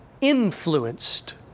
influenced